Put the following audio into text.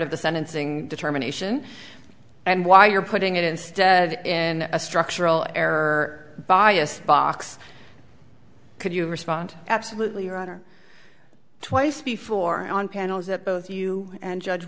of the sentencing determination and why you're putting it instead in a structural error biased box could you respond absolutely or twice before on panels that both you and judge